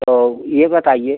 तो ये बताइए